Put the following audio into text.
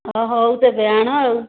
ହ ହଉ ତେବେ ଆଣ ଆଉ